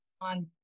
on